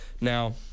Now